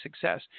success